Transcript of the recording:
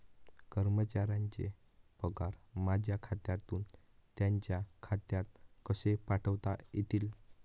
कर्मचाऱ्यांचे पगार माझ्या खात्यातून त्यांच्या खात्यात कसे पाठवता येतील?